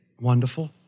wonderful